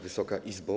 Wysoka Izbo!